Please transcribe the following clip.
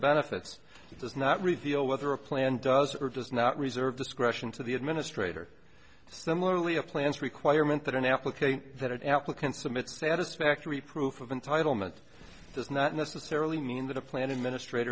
benefits he does not reveal whether a plan does or does not reserve discretion to the administrator similarly of plans requirement that an application that an applicant submit satisfactory proof of entitlement does not necessarily mean that a plan administr